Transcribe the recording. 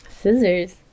Scissors